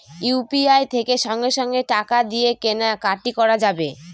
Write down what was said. UPI থেকে সঙ্গে সঙ্গে টাকা দিয়ে কেনা কাটি করা যাবে